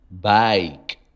bike